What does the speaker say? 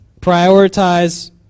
prioritize